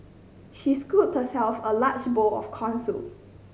she scooped herself a large bowl of corn soup